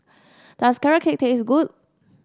does Carrot Cake taste good